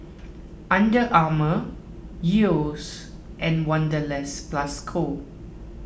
Under Armour Yeo's and Wanderlust Plus Co